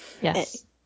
Yes